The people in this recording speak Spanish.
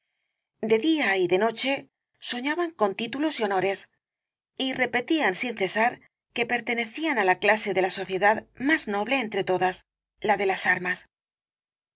de día y de noche soñaban con títulos y honores y repetían sin cesar que pertenecían á la clase de la sociedad más noble entre todas la de las armas